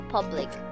Public